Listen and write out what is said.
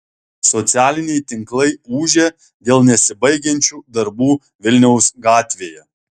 socialiniai tinklai ūžia dėl nesibaigiančių darbų vilniaus gatvėje